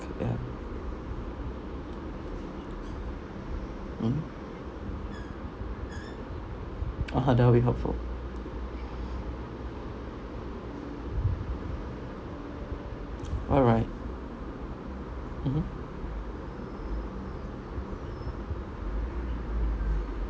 ya mm (uh huh) that will be helpful alright mmhmm